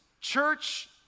church